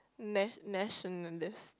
nationalist